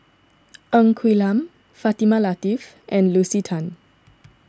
Ng Quee Lam Fatimah Lateef and Lucy Tan